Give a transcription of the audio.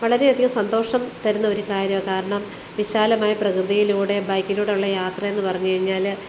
വളരെ അധികം സന്തോഷം തരുന്നൊരു കാര്യമാണ് കാരണം വിശാലമായ പ്രകൃതിയിലൂടെ ബൈക്കിലൂടുള്ള യാത്ര എന്ന് പറഞ്ഞു കഴിഞ്ഞാൽ